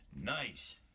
Nice